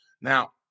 Now